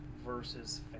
Versus